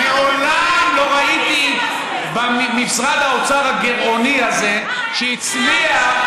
מעולם לא ראיתי במשרד האוצר הגירעוני הזה, שהצליח,